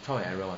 trial and error [one]